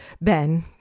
Ben